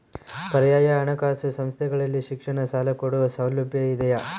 ಪರ್ಯಾಯ ಹಣಕಾಸು ಸಂಸ್ಥೆಗಳಲ್ಲಿ ಶಿಕ್ಷಣ ಸಾಲ ಕೊಡೋ ಸೌಲಭ್ಯ ಇದಿಯಾ?